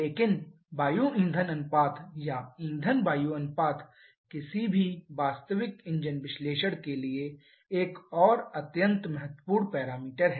लेकिन वायु ईंधन अनुपात या ईंधन वायु अनुपात किसी भी वास्तविक इंजन विश्लेषण के लिए एक और अत्यंत महत्वपूर्ण पैरामीटर है